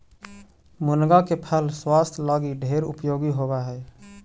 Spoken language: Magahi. मुनगा के फल स्वास्थ्य लागी ढेर उपयोगी होब हई